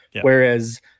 Whereas